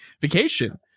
vacation